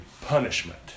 punishment